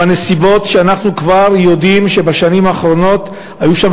בנסיבות שאנחנו כבר יודעים שבשנים האחרונות היו שם